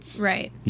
Right